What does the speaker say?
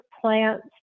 plants